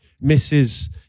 misses